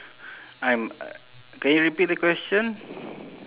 I'm can you repeat the question